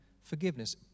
forgiveness